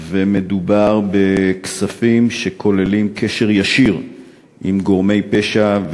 ומדובר בכספים שכוללים קשר ישיר עם גורמי פשע,